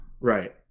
Right